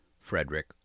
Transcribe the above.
Frederick